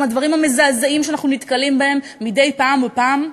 מהדברים המזעזעים שאנחנו נתקלים בהם מדי פעם בפעם,